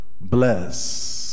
bless